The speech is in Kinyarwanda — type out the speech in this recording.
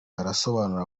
arasobanura